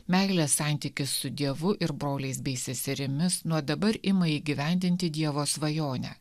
meilės santykis su dievu ir broliais bei seserimis nuo dabar ima įgyvendinti dievo svajonę